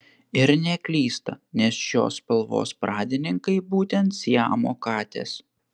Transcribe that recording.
ir neklysta nes šios spalvos pradininkai būtent siamo katės